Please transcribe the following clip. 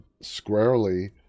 squarely